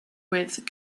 with